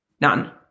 None